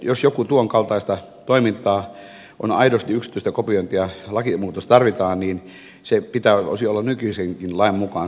jos joku harjoittaa tuonkaltaista toimintaa joka on aidosti yksityistä kopiointia sen pitäisi olla nykyisenkin lain mukaan luvallista